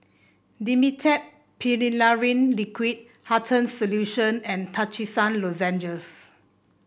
Dimetapp Phenylephrine Liquid Hartman's Solution and Trachisan Lozenges